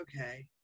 Okay